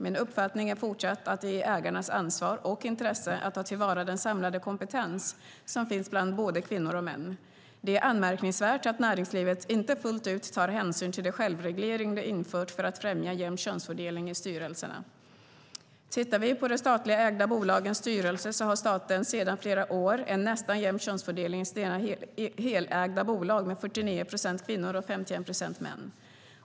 Min uppfattning är fortsatt att det är ägarnas ansvar - och intresse - att ta till vara den samlade kompetens som finns bland både kvinnor och män. Det är anmärkningsvärt att näringslivet inte fullt ut tar hänsyn till den självreglering de infört för att främja jämn könsfördelning i styrelserna. Tittar vi på de statligt ägda bolagens styrelser kan vi se att staten sedan flera år tillbaka har en nästan jämn könsfördelning i sina helägda bolag med 49 procent kvinnor och 51 procent män.